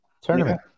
Tournament